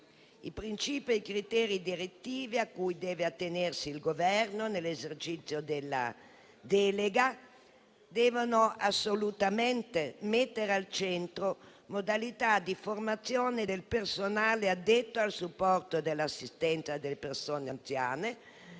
I principi e i criteri direttivi a cui deve attenersi il Governo nell'esercizio della delega devono assolutamente mettere al centro modalità di formazione del personale addetto al supporto dell'assistenza delle persone anziane,